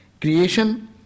creation